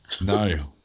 No